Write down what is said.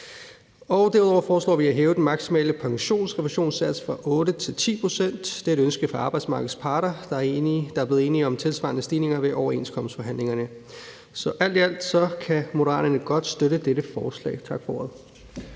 Derudover foreslår vi at hæve den maksimale pensionsrefusionssats fra 8 til 10 pct. Det er et ønske fra arbejdsmarkedets parter, der er blevet enige om tilsvarende stigninger ved overenskomstforhandlingerne. Så alt i alt kan Moderaterne godt støtte dette forslag. Tak for ordet.